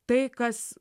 tai kas